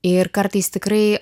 ir kartais tikrai